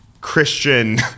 Christian